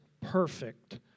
perfect